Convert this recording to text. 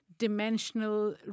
dimensional